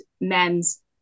men's